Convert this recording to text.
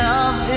Love